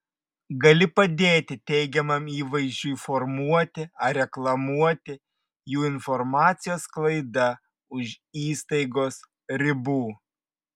gali padėti teigiamam įvaizdžiui formuoti ar reklamuoti jų informacijos sklaida už įstaigos ribų